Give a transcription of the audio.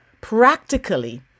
practically